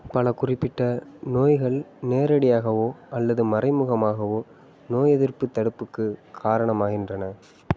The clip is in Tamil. பல குறிப்பிட்ட நோய்கள் நேரடியாகவோ அல்லது மறைமுகமாகவோ நோயெதிர்ப்புத் தடுப்புக்கு காரணமாகின்றன